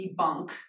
debunk